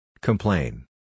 complain